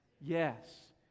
Yes